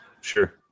Sure